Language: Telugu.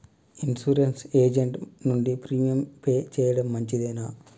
ఇన్సూరెన్స్ ఏజెంట్ నుండి ప్రీమియం పే చేయడం మంచిదేనా?